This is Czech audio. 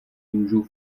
můžou